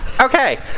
Okay